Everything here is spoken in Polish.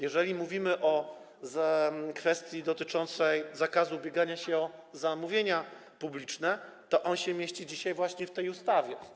Jeżeli mówimy o kwestii dotyczącej zakazu ubiegania się o zamówienia publiczne, to jest to dzisiaj właśnie w tej ustawie.